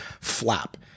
flap